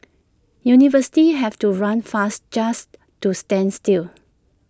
universities have to run fast just to stand still